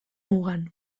mugan